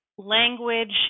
language